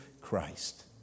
Christ